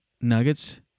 Nuggets